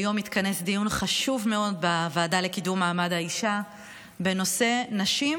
היום התכנס דיון חשוב מאוד בוועדה לקידום מעמד האישה בנושא נשים